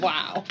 Wow